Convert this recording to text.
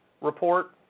report